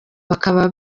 bakaba